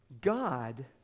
God